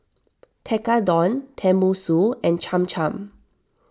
Tekkadon Tenmusu and Cham Cham